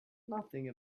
nothing